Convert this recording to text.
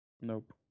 nope